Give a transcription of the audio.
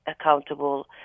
accountable